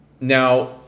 Now